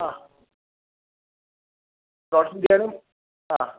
ആ പ്രോൺസും ബിരിയാണിയും ആ